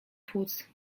płuc